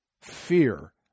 fear